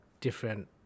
different